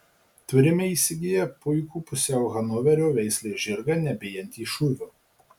turime įsigiję puikų pusiau hanoverio veislės žirgą nebijantį šūvio